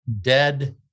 dead